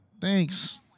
Thanks